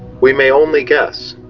we may only guess,